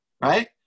right